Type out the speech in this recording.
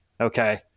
Okay